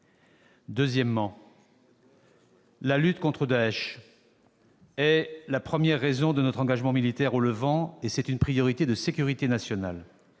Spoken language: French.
Deuxièmement, la lutte contre Daech est la première raison de notre engagement militaire au Levant, et c'est une priorité de sécurité nationale.